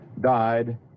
died